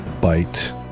bite